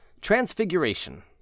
Transfiguration